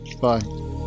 Bye